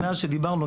מאז שדיברנו,